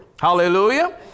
Hallelujah